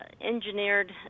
engineered